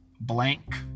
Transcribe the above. blank